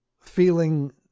feeling